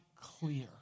clear